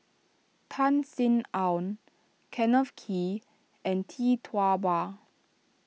Tan Sin Aun Kenneth Kee and Tee Tua Ba